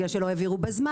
להתחייב ולהבין את העומק,